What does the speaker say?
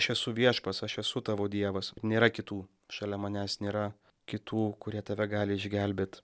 aš esu viešpats aš esu tavo dievas nėra kitų šalia manęs nėra kitų kurie tave gali išgelbėt